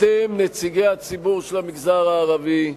אתם נציגי הציבור של המגזר הערבי,